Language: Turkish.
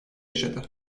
yaşadı